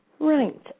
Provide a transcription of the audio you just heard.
Right